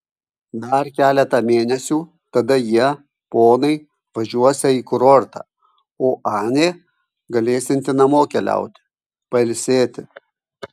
dar keletą mėnesių tada jie ponai važiuosią į kurortą o anė galėsianti namo keliauti pailsėti